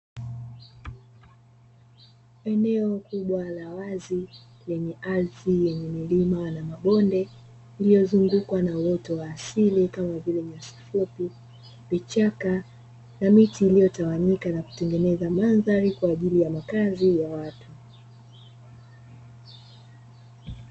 Eneo kubwa la wazi lenye ardhi ya milima na mabonde iliyozungukwa na uoto wa asili kama vile nyasi fupi, vichaka na miti iliyotawanyika na kutengeneza mandhari kwa ajili ya makazi ya watu.